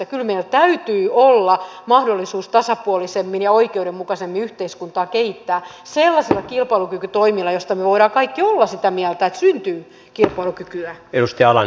kyllä meillä täytyy olla mahdollisuus tasapuolisemmin ja oikeudenmukaisemmin yhteiskuntaa kehittää sellaisilla kilpailukykytoimilla joista me voimme kaikki olla sitä mieltä että syntyy kilpailukykyä